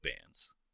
bands